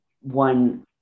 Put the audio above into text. one